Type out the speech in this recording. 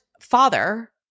father